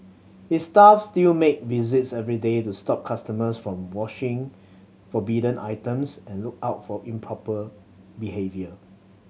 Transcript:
his staff still make visits every day to stop customers from washing forbidden items and look out for improper behaviour